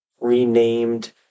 renamed